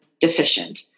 deficient